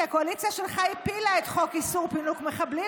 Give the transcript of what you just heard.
כי הקואליציה שלך הפילה את חוק איסור פינוק מחבלים,